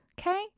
okay